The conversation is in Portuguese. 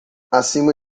acima